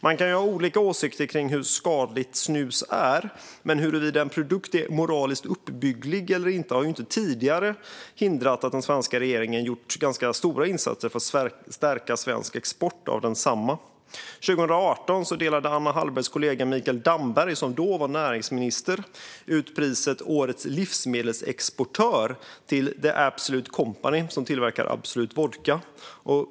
Man kan ha olika åsikter om hur skadligt snus är. Men huruvida en produkt är moraliskt uppbygglig eller inte har inte tidigare hindrat att den svenska regeringen gjort ganska stora insatser för att stärka svensk export av densamma. År 2018 delade Anna Hallbergs kollega Mikael Damberg, som då var näringsminister, ut priset Årets livsmedelsexportör till The Absolut Company som tillverkar Absolut vodka.